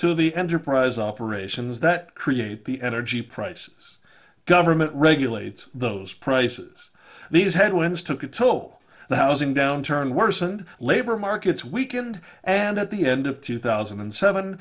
to the enterprise operations that create the energy prices government regulates those prices these headwinds took a toll the housing downturn worsened labor markets weakened and at the end of two thousand and seven